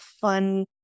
fun